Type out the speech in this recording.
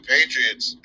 Patriots